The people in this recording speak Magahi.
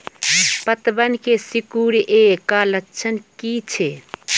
पतबन के सिकुड़ ऐ का लक्षण कीछै?